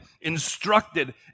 instructed